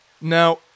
Now